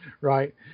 right